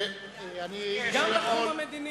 גם בתחום המדיני,